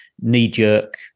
knee-jerk